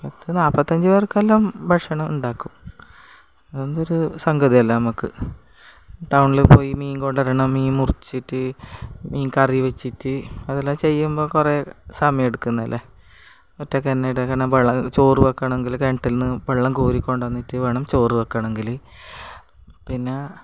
അപ്പം നാൽപ്പത്തഞ്ച് പേർക്കെല്ലാം ഭക്ഷണം ഉണ്ടാക്കും അതൊന്നും ഒരു സംഗതിയല്ല നമുക്ക് ടൗണിൽ പോയി മീൻ കൊണ്ടു വരണം മീൻ മുറിച്ചിട്ട് മീൻ കറി വെച്ചിട്ട് അതെല്ലാം ചെയ്യുമ്പോൾ കുറേ സമയം എടുക്കുന്നല്ലേ ഒറ്റക്കു തന്നെ എടുക്കണം വെള്ളം ചോറ് വെക്കണമെങ്കിൽ കിണറ്റിൽ നിന്നു വെള്ളം കോരി കൊണ്ടു വന്നിട്ടു വേണം ചോറ് വെക്കണമെങ്കിൽ പിന്നെ